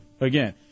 again